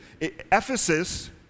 Ephesus